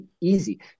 easy